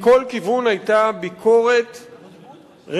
מכל כיוון היתה ביקורת רצינית,